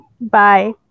Bye